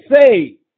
say